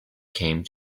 came